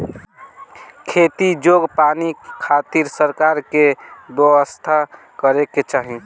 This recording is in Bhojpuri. खेती जोग पानी खातिर सरकार के व्यवस्था करे के चाही